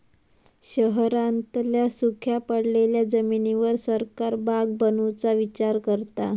शहरांतल्या सुख्या पडलेल्या जमिनीर सरकार बाग बनवुचा विचार करता